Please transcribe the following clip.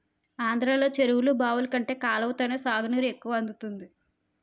ఆంధ్రలో చెరువులు, బావులు కంటే కాలవతోనే సాగునీరు ఎక్కువ అందుతుంది